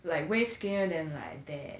like way skinnier than like dad